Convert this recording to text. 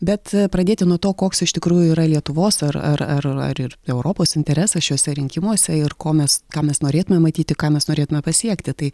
bet pradėti nuo to koks iš tikrųjų yra lietuvos ar ar ar ar ir europos interesas šiuose rinkimuose ir ko mes ką mes norėtume matyti ką mes norėtume pasiekti tai